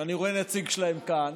שאני רואה נציג שלהם כאן,